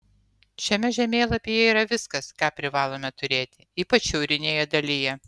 šiame žemėlapyje yra viskas ką privalome turėti ypač šiaurinėje dalyje